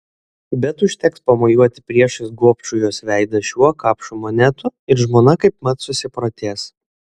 bet užteks pamojuoti priešais gobšų jos veidą šiuo kapšu monetų ir žmona kaipmat susiprotės